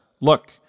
Look